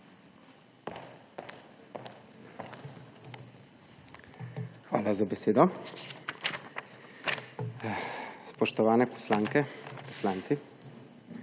Hvala za besedo. Spoštovani poslanke, poslanci!